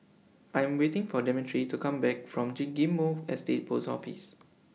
I Am waiting For Demetri to Come Back from Ghim Moh Estate Post Office